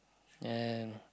and